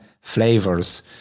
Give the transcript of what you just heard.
flavors